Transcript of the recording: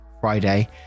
Friday